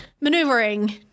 maneuvering